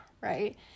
right